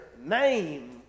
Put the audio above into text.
name